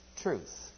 truth